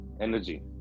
energy